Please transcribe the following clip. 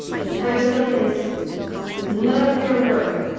the first thing is love your work.